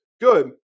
good